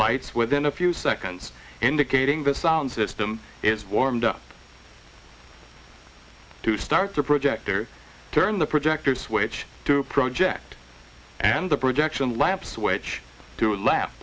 lights within a few seconds indicating the sound system is warmed up to start the projector turn the projector switch to project and the projection lamp switch to l